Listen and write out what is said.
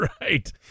Right